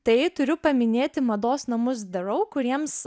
tai turiu paminėti mados namus darau kuriems